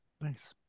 nice